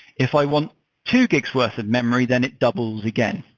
if i want two gigs-worth of memory, then it doubles again.